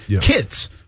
Kids